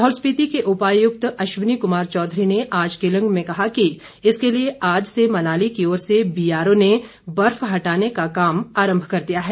लाहौल स्पीति के उपायुक्त अश्वनी कुमार चौधरी ने आज केलंग में कहा कि इसके लिए आज से मनाली की ओर से बीआरओ ने बर्फ हटाने का काम आरंभ कर दिया है